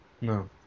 no